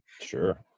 Sure